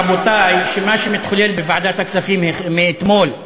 רבותי, שמה שמתחולל בוועדת הכספים מאתמול,